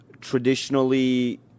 traditionally